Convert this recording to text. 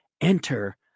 enter